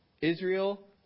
Israel